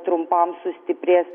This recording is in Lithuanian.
trumpam sustiprės